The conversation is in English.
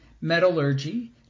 metallurgy